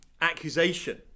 accusation